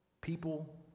People